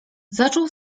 zaczął